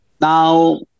Now